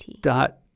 dot